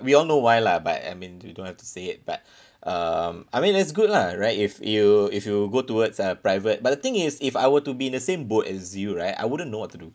we all know why lah but I mean you don't have to say it but um I mean it's good lah right if you if you go towards uh private but the thing is if I were to be in the same boat as you right I wouldn't know what to do